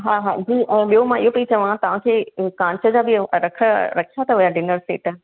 हा हा जी ऐं ॿियो मां इहो पेई चवां तव्हांखे कांच जा बि रख रखिया थव छा डिनर सेट